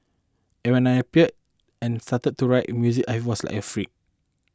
and when I appeared and started to write music I was like a freak